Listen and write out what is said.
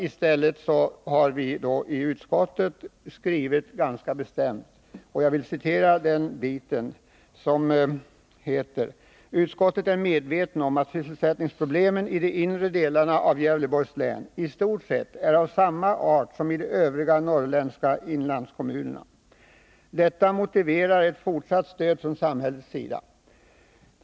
I stället har utskottet skrivit ganska bestämt: ”Utskottet är medvetet om att sysselsättningsproblemen i de inre delarna av Gävleborgs län i stort sett är av samma art som i övriga norrländska inlandskommuner. Detta motiverar ett fortsatt stöd från samhällets sida.